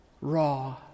raw